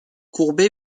courbé